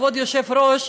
כבוד היושב-ראש,